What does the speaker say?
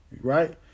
right